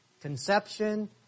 conception